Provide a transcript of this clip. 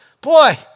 boy